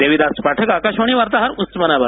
देविदास पाठक आकाशवाणी वार्ताहर उस्मानाबाद